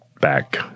back